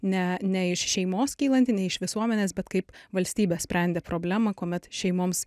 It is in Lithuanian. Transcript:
ne ne iš šeimos kylanti ne iš visuomenės bet kaip valstybė sprendė problemą kuomet šeimoms